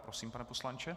Prosím, pane poslanče.